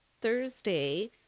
thursday